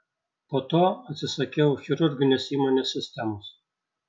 po to atsisakiau chirurginės įmonės sistemos